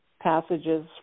passages